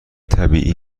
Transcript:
طبیعی